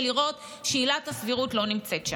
ולראות שעילת הסבירות לא נמצאת שם.